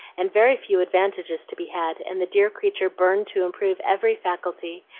and very few advantages to be had, and the dear creature burned to improve every faculty,